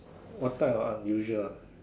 what type of unusual ah